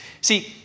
See